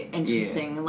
interesting